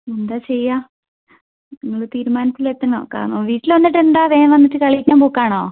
എന്താ ചെയ്യാ നിങ്ങൾ തീരുമാനത്തിലെത്തണം കാരണം വീട്ടിൽ വന്നിട്ടെന്താ വേഗം വന്നിട്ട് കളിക്കാൻ പോക്കാണോ